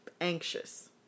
anxious